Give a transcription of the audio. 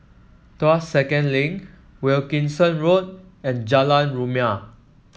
Tuas Second Link Wilkinson Road and Jalan Rumia